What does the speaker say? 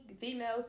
females